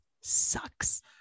sucks